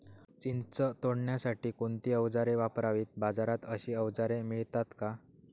चिंच तोडण्यासाठी कोणती औजारे वापरावीत? बाजारात अशी औजारे मिळतात का?